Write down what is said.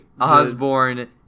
osborne